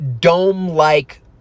dome-like